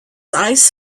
eyes